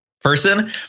person